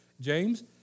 James